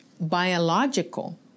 biological